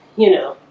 you know,